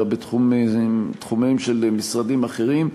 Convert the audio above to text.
אלא בתחומיהם של משרדים אחרים.